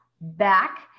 back